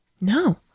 No